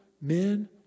Men